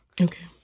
Okay